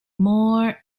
more